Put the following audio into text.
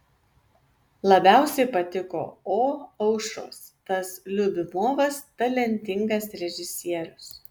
labiausiai patiko o aušros tas liubimovas talentingas režisierius